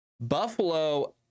Buffalo